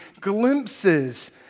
glimpses